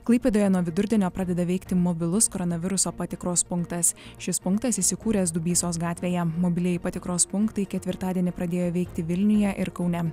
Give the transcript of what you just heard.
klaipėdoje nuo vidurdienio pradeda veikti mobilus koronaviruso patikros punktas šis punktas įsikūręs dubysos gatvėje mobilieji patikros punktai ketvirtadienį pradėjo veikti vilniuje ir kaune